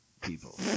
people